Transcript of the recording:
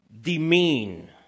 demean